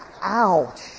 Ouch